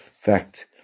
fact